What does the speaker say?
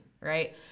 right